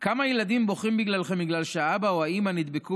כמה ילדים בוכים בגללכם בגלל שהאבא או האימא נדבקו